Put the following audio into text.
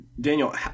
Daniel